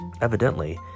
Evidently